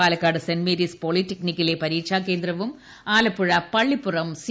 Palakkad saint Mary's പോളിടെക്നിക്കിലെ പരീക്ഷാകേന്ദ്രവും Alappuzha Pallippuram C